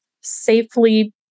safely